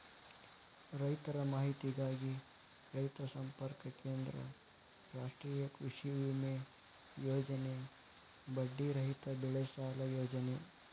ರೈತರ ಮಾಹಿತಿಗಾಗಿ ರೈತ ಸಂಪರ್ಕ ಕೇಂದ್ರ, ರಾಷ್ಟ್ರೇಯ ಕೃಷಿವಿಮೆ ಯೋಜನೆ, ಬಡ್ಡಿ ರಹಿತ ಬೆಳೆಸಾಲ ಯೋಜನೆ